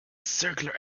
circular